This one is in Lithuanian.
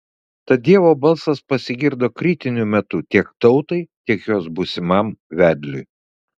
tad dievo balsas pasigirdo kritiniu metu tiek tautai tiek jos būsimam vedliui